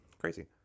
Crazy